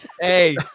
Hey